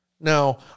Now